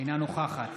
אינה נוכחת